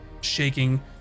shaking